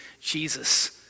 Jesus